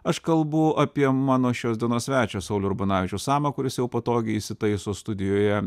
aš kalbu apie mano šios dienos svečią saulių urbonavičių samą kuris jau patogiai įsitaiso studijoje